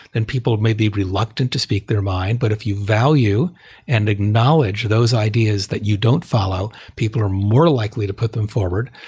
and people may be reluctant to speak their mind. but if you value and acknowledge those ideas that you don't follow, people are more likely to put them forward.